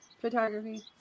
photography